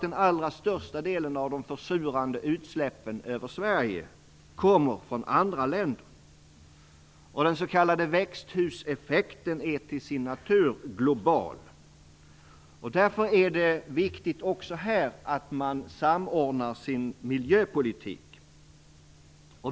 Den allra största delen av de försurande utsläppen över Sverige kommer från andra länder, och den s.k. växthuseffekten är till sin natur global. Därför är det också på detta område viktigt att man samordnar sin miljöpolitik.